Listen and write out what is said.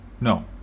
no